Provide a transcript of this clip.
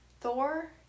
Thor